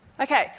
Okay